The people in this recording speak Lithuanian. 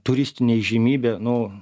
turistinę įžymybę nu